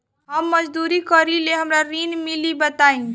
हम मजदूरी करीले हमरा ऋण मिली बताई?